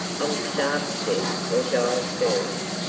i would starve to death or die of thirst.